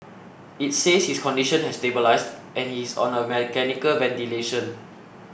it says his condition has stabilised and he is on mechanical ventilation